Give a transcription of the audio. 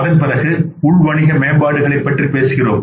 அதன்பிறகு உள் வணிக மேம்பாடுகளைப் பற்றி பேசுகிறோம்